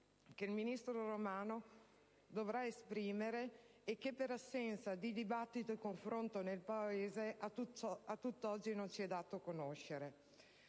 che il ministro Romano dovrà esprimere e che, per assenza di dibattito e confronto nel Paese, a tutt'oggi non ci è dato conoscere.